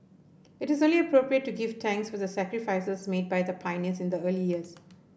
it is only appropriate to give thanks for the sacrifices made by the pioneers in the early years